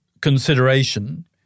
consideration